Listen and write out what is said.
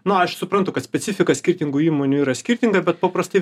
nu aš suprantu kad specifika skirtingų įmonių yra skirtinga bet paprastai